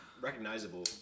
recognizable